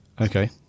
Okay